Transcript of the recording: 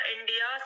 India